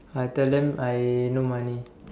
I tell them I no money